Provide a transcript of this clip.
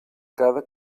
cada